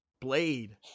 blade